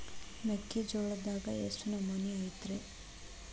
ಮೆಕ್ಕಿಜೋಳದಾಗ ಎಷ್ಟು ನಮೂನಿ ಐತ್ರೇ?